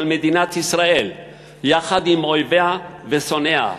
מדינת ישראל יחד עם אויביה ושונאיה?